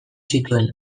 zituen